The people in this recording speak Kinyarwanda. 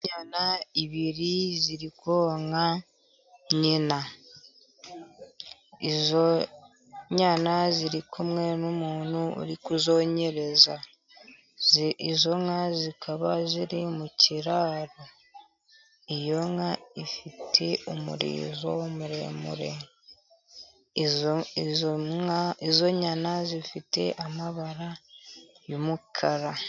Inyana ebyiri ziri konka nyina. Izo nyana ziri kumwe n'umuntu uri kuzonkereza. Izo nka zikaba ziri mu kiraro. Iyo nka ifite umurizo muremure, izo nyana zifite amabara y'umukara.